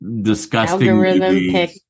disgusting